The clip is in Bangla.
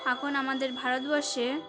এখন আমাদের ভারতবর্ষে